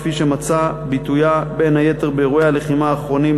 כפי שמצאה את ביטויה בין היתר באירועי הלחימה האחרונים,